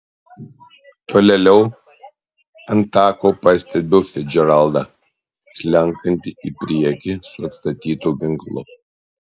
tolėliau ant tako pastebiu ficdžeraldą slenkantį į priekį su atstatytu ginklu